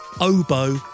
Oboe